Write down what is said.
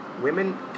women